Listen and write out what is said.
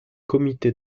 comité